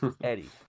Eddie